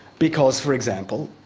because for example,